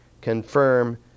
confirm